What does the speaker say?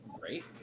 great